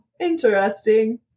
Interesting